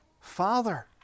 Father